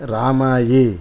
Ramayi